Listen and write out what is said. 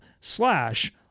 slash